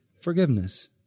forgiveness